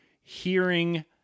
hearing